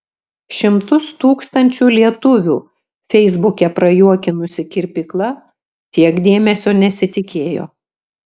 šimtus tūkstančių lietuvių feisbuke prajuokinusi kirpykla tiek dėmesio nesitikėjo